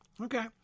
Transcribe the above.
Okay